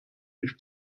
nicht